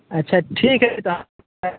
अच्छा ठीक हइ तऽ